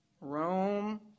Rome